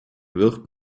wird